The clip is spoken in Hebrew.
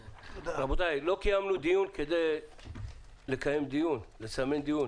רבותיי, לא קיימנו דיון כדי לסמן דיון.